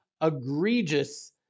egregious